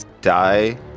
die